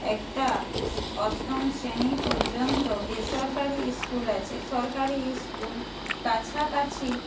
একটা অষ্টম শ্রেণী পর্যন্ত বেসরকারি স্কুল আছে সরকারি স্কুল কাছাকাছি